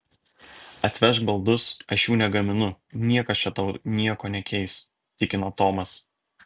atvežk baldus aš jų negaminu niekas čia tau nieko nekeis tikino tomas